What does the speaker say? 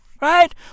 Right